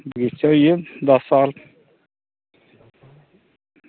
एह्दे च होइये दस्स साल